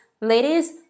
ladies